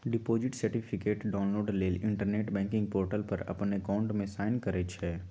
deposit certificate download लेल internet banking portal पर अप्पन अकाउंट में साइन करइ छइ